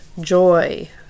joy